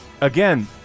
Again